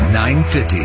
950